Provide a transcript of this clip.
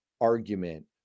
argument